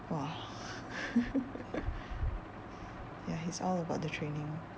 !wah! ya he's all about the training